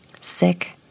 sick